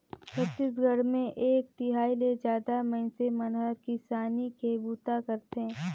छत्तीसगढ़ मे एक तिहाई ले जादा मइनसे मन हर किसानी के बूता करथे